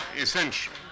essential